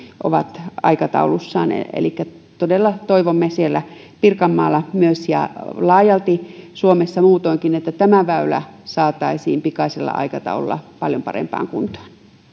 ovat aikataulussaan elikkä todella toivomme pirkanmaalla ja laajalti suomessa muutoinkin että tämä väylä saataisiin pikaisella aikataululla paljon parempaan kuntoon